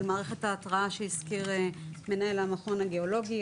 על מערכת ההתרעה שהזכיר מנהל המכון הגיאולוגי,